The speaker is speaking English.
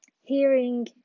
hearing